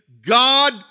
God